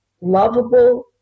lovable